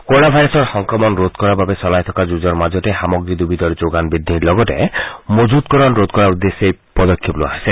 corona ভাইৰাছৰ সংক্ৰমণ ৰোধ কৰাৰ বাবে চলাই থকা যুঁজৰ মাজতে সামগ্ৰী দবিধৰ যোগান বুদ্ধিৰ লগতে মজুতকৰণ ৰোধ কৰাৰ উদ্দেশ্যে এই পদক্ষেপ লোৱা হৈছে